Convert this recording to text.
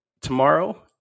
tomorrow